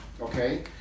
okay